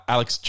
Alex